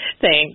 Thanks